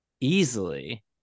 easily